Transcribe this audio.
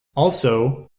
also